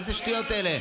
איזה שטויות אלה.